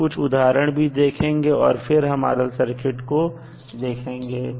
हम कुछ उदाहरण भी देखेंगे और फिर हम RL सर्किट को देखेंगे